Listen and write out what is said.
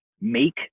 make